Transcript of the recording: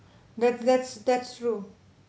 that that's that's true